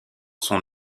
son